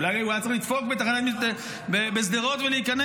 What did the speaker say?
אולי הוא היה צריך לדפוק בשדרות ולהיכנס.